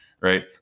right